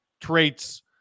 traits